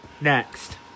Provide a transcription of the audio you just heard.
Next